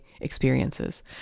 experiences